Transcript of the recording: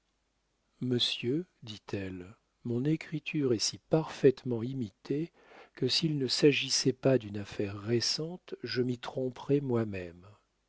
monsieur dit-elle mon écriture est si parfaitement imitée que s'il ne s'agissait pas d'une affaire récente je m'y tromperais moi-même